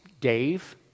Dave